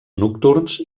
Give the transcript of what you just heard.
nocturns